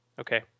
Okay